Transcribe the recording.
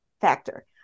factor